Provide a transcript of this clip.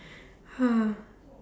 ah